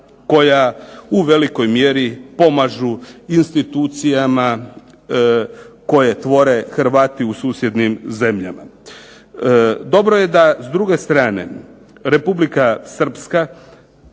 koja u velikoj mjeri pomažu institucijama koje tvore Hrvati u susjednim zemljama. Dobro je da, s druge strane, Republika Srpska,